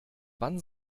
wann